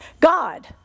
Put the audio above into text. God